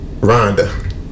Rhonda